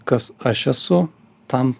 kas aš esu tam